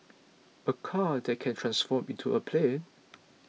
a car that can transform into a plane